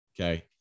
okay